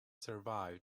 survived